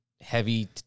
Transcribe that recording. heavy